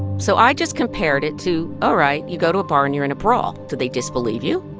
so i just compared it to, all right, you go to a bar, and you're in a brawl. do they disbelieve you?